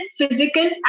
physical